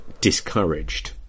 discouraged